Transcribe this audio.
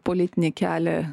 politinį kelią